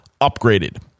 upgraded